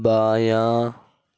بایاں